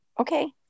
Okay